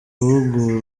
guhugura